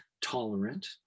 tolerant